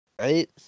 right